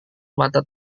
mata